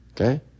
Okay